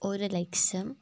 ഒരു ലക്ഷം